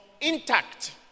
intact